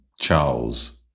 Charles